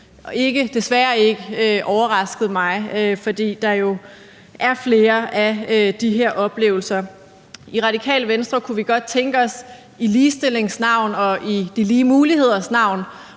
desværre ikke, fordi der jo er flere af de her oplevelser. I Radikale Venstre kunne vi godt tænke os i ligestillingens navn og i de lige muligheders navn